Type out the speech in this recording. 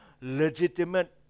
legitimate